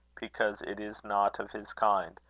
because it is not of his kind,